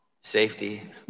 safety